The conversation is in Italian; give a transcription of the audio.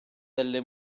delle